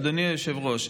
אדוני היושב-ראש,